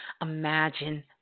imagine